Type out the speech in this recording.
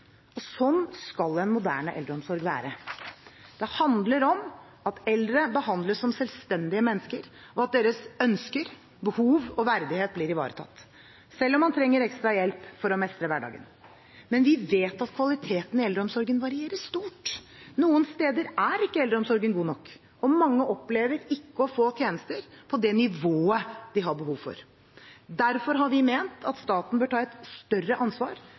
skal en moderne eldreomsorg være. Det handler om at eldre behandles som selvstendige mennesker, og at deres ønsker, behov og verdighet blir ivaretatt – selv om man trenger ekstra hjelp for å mestre hverdagen. Men vi vet at kvaliteten i eldreomsorgen varierer stort. Noen steder er ikke eldreomsorgen god nok, og mange opplever ikke å få tjenester på det nivået de har behov for. Derfor har vi ment at staten bør ta et større ansvar